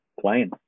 playing